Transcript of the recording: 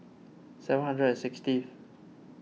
seven hundred and sixtieth